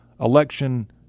election